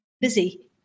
busy